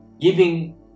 giving